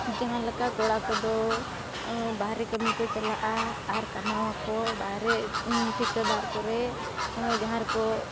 ᱡᱟᱦᱟᱸ ᱞᱮᱠᱟ ᱠᱚᱲᱟ ᱠᱚᱫᱚ ᱵᱟᱦᱨᱮ ᱠᱟᱹᱢᱤ ᱠᱚ ᱪᱟᱞᱟᱜᱼᱟ ᱟᱨ ᱠᱟᱢᱟᱣᱟᱠᱚ ᱵᱟᱦᱨᱮ ᱴᱷᱤᱠᱟᱹᱫᱟᱨ ᱠᱚᱨᱮ ᱡᱟᱦᱟᱸ ᱨᱮᱠᱚ